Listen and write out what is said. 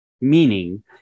meaning